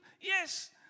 yes